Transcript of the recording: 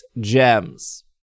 gems